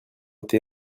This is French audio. été